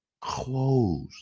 clothes